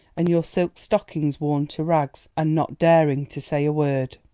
and your silk stockings worn to rags, and not daring to say a word!